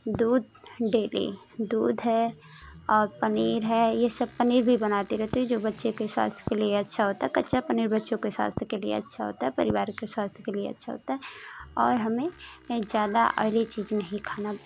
दूध डेली दूध है और पनीर है ये सब पनीर भी बनाती रहती हूँ जो बच्चों के स्वास्थ्य के लिए अच्छा होता है कच्चा पनीर बच्चों के स्वास्थ्य के लिए अच्छा होता है परिवार के स्वास्थ के लिए अच्छा होता है और हमें ज़्यादा आयली चीज़ नहीं खाना